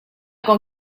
con